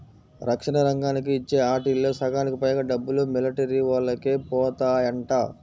రక్షణ రంగానికి ఇచ్చే ఆటిల్లో సగానికి పైగా డబ్బులు మిలిటరీవోల్లకే బోతాయంట